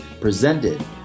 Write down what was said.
presented